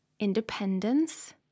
Independence